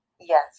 yes